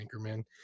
Anchorman